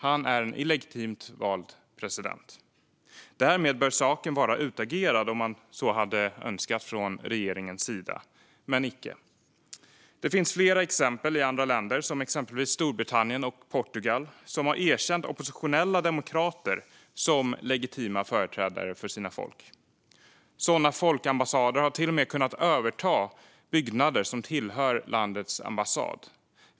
Han är en illegitimt vald president, och därmed bör saken vara utagerad, om man så hade önskat från regeringens sida. Men icke. Det finns flera exempel i andra länder, exempelvis Storbritannien och Portugal, där man har erkänt oppositionella demokrater som legitima företrädare för sitt folk. Sådana folkambassader har till och med kunnat överta byggnader som tillhör landets ambassad.